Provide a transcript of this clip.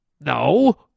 No